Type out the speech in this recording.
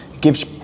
Gives